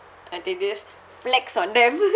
auntie just flex on them